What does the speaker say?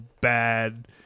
bad